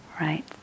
right